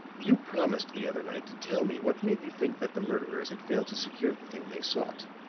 you promised the other night to tell me what made you think that the murderers had failed to secure the thing they sought.